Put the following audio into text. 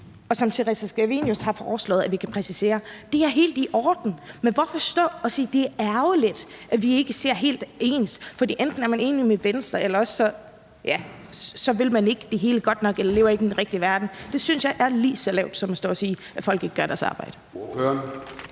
som Theresa Scavenius har foreslået at vi kan præcisere det. Det er helt i orden. Men hvorfor stå og sige, at det er ærgerligt, at vi ikke ser helt ens på det, for enten er man enig med Venstre, eller også vil man ikke det hele godt nok eller lever ikke i den rigtige verden? Det synes jeg er lige så lavt som at stå og sige, at folk ikke gør deres arbejde.